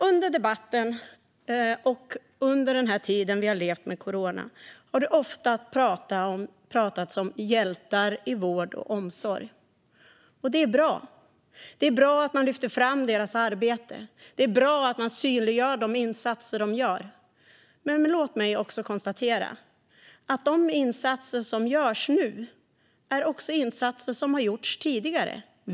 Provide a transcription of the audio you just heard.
Under debatten och under den tid vi har levt med corona har det ofta pratats om hjältar i vård och omsorg. Det är bra. Det är bra att man lyfter fram deras arbete och synliggör deras insatser. Men låt mig konstatera att de insatser som görs nu är insatser som har gjorts också tidigare.